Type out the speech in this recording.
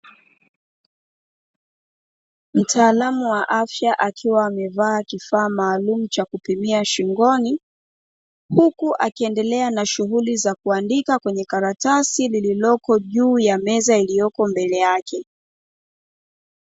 Mtaalamu wa afya akiwa amevaa kifaa maalumu cha kupimia shingoni huku, akiendelea na shughuli za kuandika kwenye karatasi lililoko juu ya meza iliyoko mbele yake.